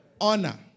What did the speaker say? honor